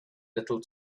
little